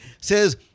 says